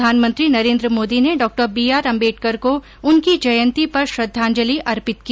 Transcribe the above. प्रधानमंत्री नरेन्द्र मोदी ने Dr B R Ambedkar को उनकी जयंती पर श्रद्धांजलि अर्पित की